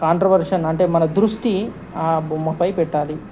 కాంట్రవర్షన్ అంటే మన దృష్టి ఆ బొమ్మపై పెట్టాలి